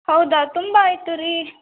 ಹೌದಾ ತುಂಬ ಆಯಿತು ರೀ